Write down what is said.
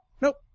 Nope